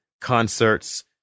concerts